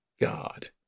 God